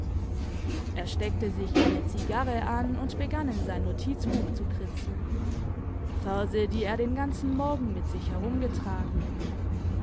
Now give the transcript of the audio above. er steckte sich eine cigarre an und begann in sein notizbuch zu kritzeln verse die er den ganzen morgen mit sich herumgetragen